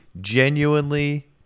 genuinely